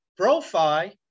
ProFi